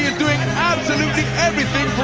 doing absolutely everything